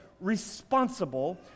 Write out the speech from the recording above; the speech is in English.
responsible